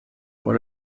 what